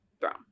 throne